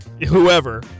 whoever